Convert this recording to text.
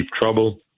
trouble